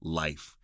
life